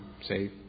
say